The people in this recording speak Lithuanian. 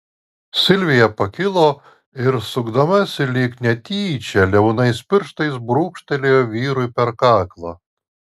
silvija pakilo ir sukdamasi lyg netyčia liaunais pirštais brūkštelėjo vyrui per kaklą